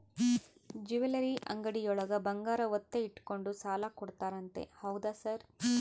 Jewellery ಅಂಗಡಿಯೊಳಗ ಬಂಗಾರ ಒತ್ತೆ ಇಟ್ಕೊಂಡು ಸಾಲ ಕೊಡ್ತಾರಂತೆ ಹೌದಾ ಸರ್?